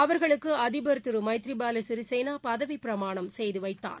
அவர்களுக்கு அதிபர் திரு மைத்ரிபால சிறிசேள பதவிப்பிரமாணம் செய்து வைத்தார்